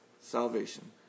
salvation